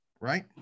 right